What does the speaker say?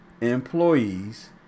employees